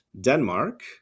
Denmark